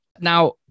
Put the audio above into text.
Now